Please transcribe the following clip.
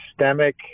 systemic